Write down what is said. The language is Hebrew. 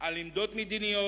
על עמדות מדיניות,